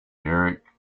erik